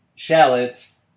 shallots